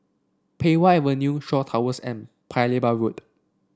Pei Wah Avenue Shaw Towers and Paya Lebar Road